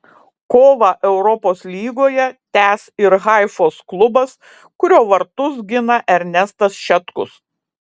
kovą europos lygoje tęs ir haifos klubas kurio vartus gina ernestas šetkus